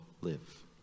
live